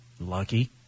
Lucky